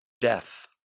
death